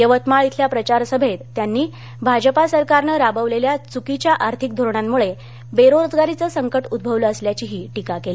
यवतमाळ इथल्या प्रचार सभेत त्यांनी भाजपा सरकारनं राबविलेल्या चुकीच्या आर्थिक धोरणांमुळे बेरोजगारीचं संकट उद्भवलं असल्याची टिका केली